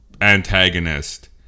antagonist